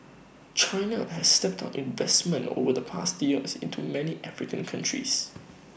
China has stepped up investment over the past years into many African countries